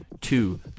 two